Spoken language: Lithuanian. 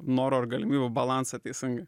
noro ir galimybių balansą teisingą